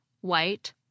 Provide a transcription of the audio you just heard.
white